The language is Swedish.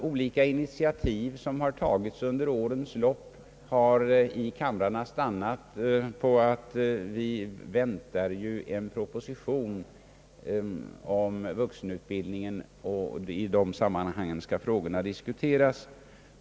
Olika initiativ som har tagits under årens lopp har i kamrarna strandat på uttalanden om att vi väntar en proposition om vuxenutbildningen och att frågorna skall tas upp i det sammanhanget.